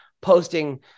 posting